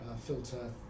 Filter